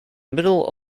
middle